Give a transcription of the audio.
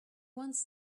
wants